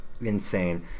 insane